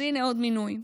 אז הינה עוד מינוי.